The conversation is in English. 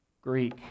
Greek